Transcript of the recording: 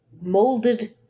molded